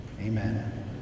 Amen